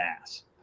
ass